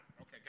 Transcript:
Okay